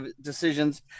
decisions